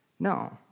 No